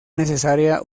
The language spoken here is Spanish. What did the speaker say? necesaria